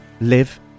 live